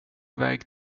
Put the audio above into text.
väg